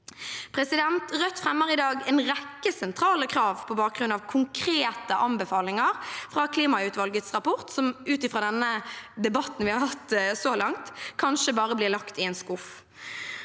skog. Rødt fremmer i dag en rekke sentrale krav på bakgrunn av konkrete anbefalinger fra klimautvalgets rapport – som ut fra den debatten vi har hatt så langt å dømme, kanskje bare blir lagt i en skuff.